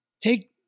Take